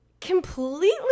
completely